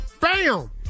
Bam